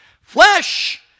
Flesh